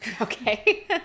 Okay